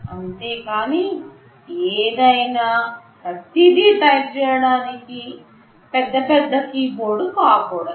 అంతేకానీ ఏదైనా ప్రతిదీ టైప్ చేయడానికి పెద్ద పెద్ద కీబోర్డ్ కాకూడదు